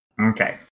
Okay